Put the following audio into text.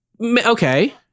Okay